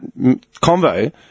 convo